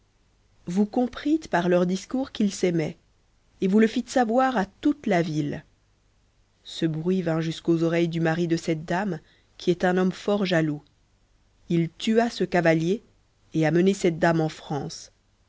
vous comprîtes par leurs discours qu'ils s'aimaient et vous le fîtes savoir à toute la ville ce bruit vint jusqu'aux oreilles du mari de cette dame qui est un homme fort jaloux il tua ce cavalier et a mené cette dame en france